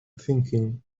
thinking